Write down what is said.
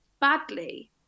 badly